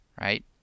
right